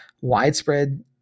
widespread